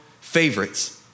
favorites